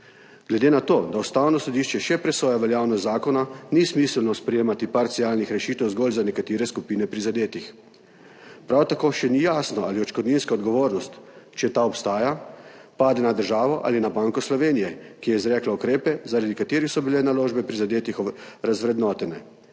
Glede na to, da Ustavno sodišče še presoja veljavnost zakona, ni smiselno sprejemati parcialnih rešitev zgolj za nekatere skupine prizadetih. Prav tako še ni jasno, ali odškodninska odgovornost, če ta obstaja, pade na državo ali na Banko Slovenije, ki je izrekla ukrepe, zaradi katerih so bile naložbe prizadetih razvrednotene.